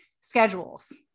schedules